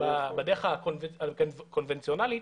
בדרך הקונבנציונאלית,